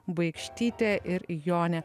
baikštytė ir jonė